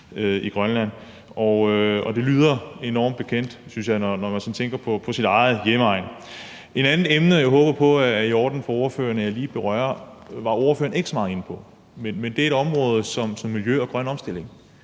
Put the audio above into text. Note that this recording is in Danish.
i Grønland. Og det lyder enormt bekendt, synes jeg, når man sådan tænker på sin egen hjemegn. Et andet emne, som jeg håber det er i orden for ordføreren jeg lige berører, er noget, som ordføreren ikke var så meget inde på, men det er et område som miljø og grøn omstilling.